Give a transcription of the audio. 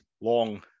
long